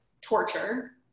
torture